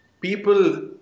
people